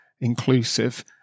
inclusive